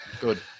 Good